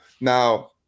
now